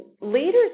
leaders